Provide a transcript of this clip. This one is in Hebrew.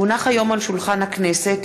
כי הונחו היום על שולחן הכנסת,